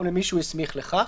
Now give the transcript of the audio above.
או למי שהוא הסמיך לכך."